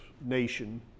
nation